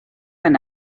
and